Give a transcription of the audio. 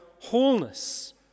wholeness